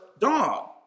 dog